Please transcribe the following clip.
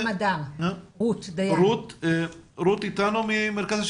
רות איתנו?